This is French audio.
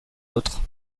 autre